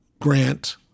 grant